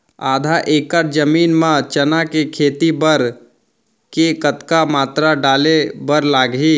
आधा एकड़ जमीन मा चना के खेती बर के कतका मात्रा डाले बर लागही?